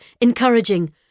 encouraging